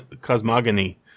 cosmogony